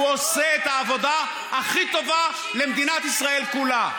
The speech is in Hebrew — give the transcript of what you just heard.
הוא עושה את העבודה הכי טובה למדינת ישראל כולה.